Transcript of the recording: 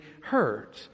hurt